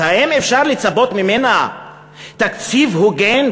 אז האם אפשר לצפות ממנה לתקציב הוגן,